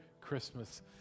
Christmas